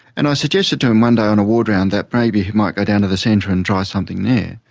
and i suggested to him one day on a ward round that maybe he might go down to the centre and try something there,